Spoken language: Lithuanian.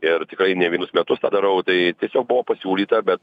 ir tikrai ne vienus metus tą darau tai tiesiog buvo pasiūlyta bet